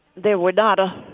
there were not ah